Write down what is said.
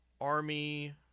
Army